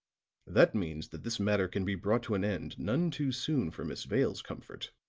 that means that this matter can be brought to an end none too soon for miss vale's comfort.